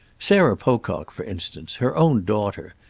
sarah pocock, for instance, her own daughter,